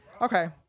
Okay